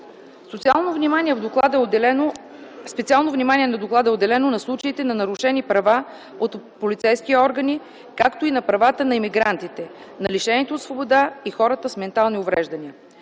Специално внимание в доклада е отделено на случаите на нарушени права от полицейските органи, както и на правата на имигрантите, на лишените от свобода и хората с ментални увреждания.